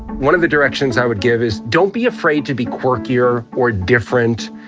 one of the directions i would give is don't be afraid to be quirkier or different.